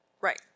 Right